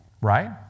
Right